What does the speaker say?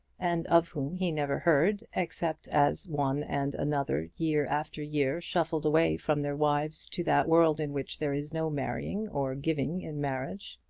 and of whom he never heard, except as one and another, year after year, shuffled away from their wives to that world in which there is no marrying or giving in marriage.